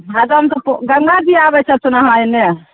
भादबमे तब गंगा जी आबै छथि अहाँ एने